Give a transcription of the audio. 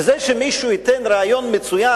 וזה שמישהו ייתן ריאיון מצוין,